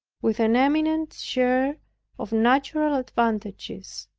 with an eminent share of natural advantages,